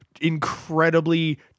incredibly